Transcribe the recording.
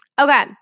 Okay